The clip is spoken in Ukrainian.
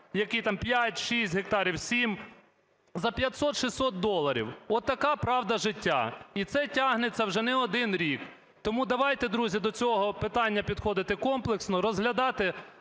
який там 5, 6 гектарів, 7, за 500-600 доларів. Отака правда життя. І це тягнеться вже не один рік. Тому давайте, друзі, до цього питання підходити комплексно, розглядати